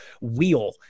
wheel